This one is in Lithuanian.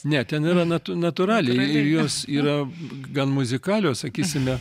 ne ten yra natu natūraliai ir jos yra gan muzikalios sakysime